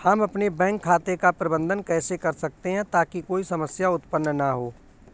हम अपने बैंक खाते का प्रबंधन कैसे कर सकते हैं ताकि कोई समस्या उत्पन्न न हो?